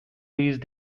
these